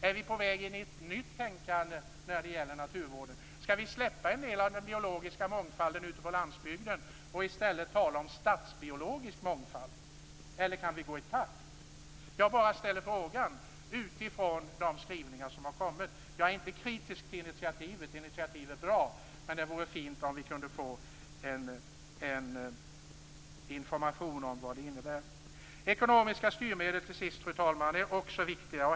Är vi på väg in i ett nytt tänkande när det gäller naturvården? Skall vi släppa en del av den biologiska mångfalden ute på landsbygden och i stället tala om stadsbiologisk mångfald? Eller kan vi gå i takt? Jag ställer frågan utifrån de skrivningar som har gjorts. Jag är inte kritisk till initiativet. Det är ett bra initiativ. Men det vore fint om vi kunde få information om vad det innebär. Fru talman! Ekonomiska styrmedel är också viktiga.